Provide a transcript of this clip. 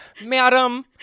madam